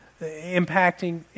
impacting